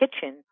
kitchen